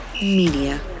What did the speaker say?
Media